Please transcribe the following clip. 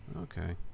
Okay